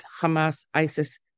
Hamas-ISIS